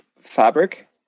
Fabric